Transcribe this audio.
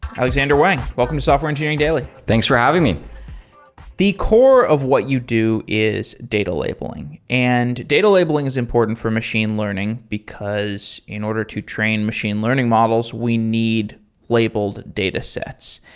alexandr wang, welcome to software engineering daily thanks for having me the core of what you do is data labeling. and data labeling is important for machine learning, because in order to train machine learning models, we need labeled data sets.